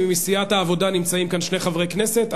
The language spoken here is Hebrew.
מסיעת העבודה נמצאים כאן שני חברי כנסת,